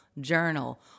Journal